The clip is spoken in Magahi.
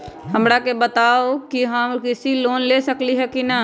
हमरा के बताव कि हम कृषि लोन ले सकेली की न?